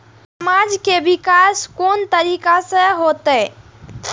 समाज के विकास कोन तरीका से होते?